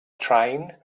train